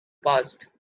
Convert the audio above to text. passed